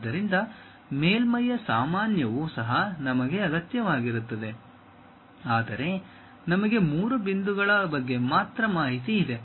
ಆದ್ದರಿಂದ ಮೇಲ್ಮೈಯ ಸಾಮಾನ್ಯವೂ ಸಹ ನಮಗೆ ಅಗತ್ಯವಾಗಿರುತ್ತದೆ ಆದರೆ ನಮಗೆ ಮೂರು ಬಿಂದುಗಳ ಬಗ್ಗೆ ಮಾತ್ರ ಮಾಹಿತಿ ಇದೆ